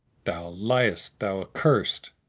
thou liest, thou accursed!